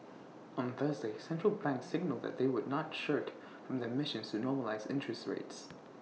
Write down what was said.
on Thursday central banks signalled that they would not shirk from their missions to normalise interest rates